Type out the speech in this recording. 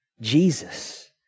Jesus